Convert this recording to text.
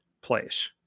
place